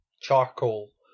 charcoal